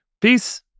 peace